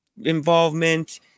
involvement